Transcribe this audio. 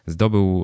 Zdobył